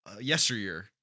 yesteryear